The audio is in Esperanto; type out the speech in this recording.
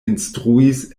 instruis